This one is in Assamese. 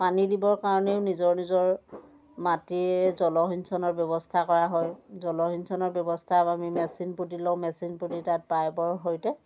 পানী দিবৰ কাৰণেও নিজৰ নিজৰ মাটিৰ জলসিঞ্চনৰ ব্যৱস্থা কৰা হয় জলসিঞ্চনৰ ব্যৱস্থা আমি মেচিন পুতি লওঁ মেচিন পুতি তাত পাইপৰ সৈতে